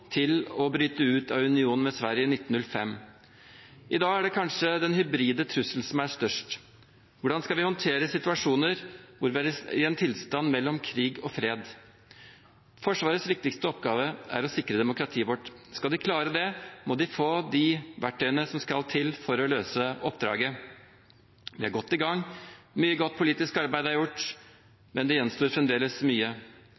til å bryte ut av unionen med Sverige i 1905. I dag er det kanskje den hybride trusselen som er størst. Hvordan skal vi håndtere situasjoner hvor vi er i en tilstand mellom krig og fred? Forsvarets viktigste oppgave er å sikre demokratiet vårt. Skal de klare det, må de få de verktøyene som skal til for å løse oppdraget. Vi er godt i gang. Mye godt politisk arbeid er gjort, men det gjenstår fremdeles mye.